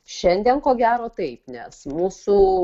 šiandien ko gero taip nes mūsų